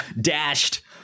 dashed